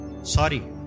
Sorry